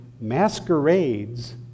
masquerades